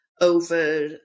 over